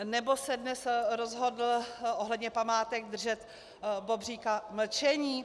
Nebo se dnes rozhodl ohledně památek držet bobříka mlčení?